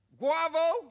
Guavo